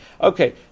Okay